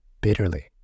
bitterly